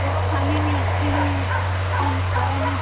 वह खाने में अच्छी नहीं होती तो हम खाए नहीं